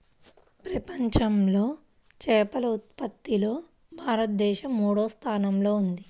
ప్రపంచంలో చేపల ఉత్పత్తిలో భారతదేశం మూడవ స్థానంలో ఉంది